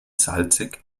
salzig